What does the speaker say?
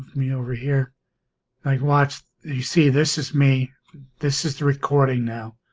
me over here like watch you see this is me this is the recording now